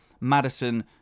Madison